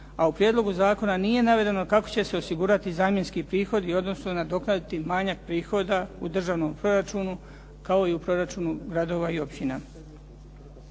a u prijedlogu zakona nije navedeno kako će se osigurati zamjenski prihodi, odnosno nadoknaditi manjak prihoda u državnom proračunu, kao i u proračunu gradova i općina.